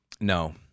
no